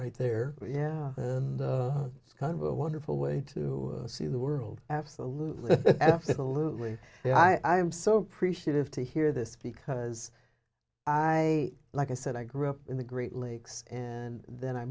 right there and it's kind of a wonderful way to see the world absolutely absolutely i am so appreciative to hear this because i like i said i grew up in the great lakes and then i